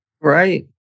Right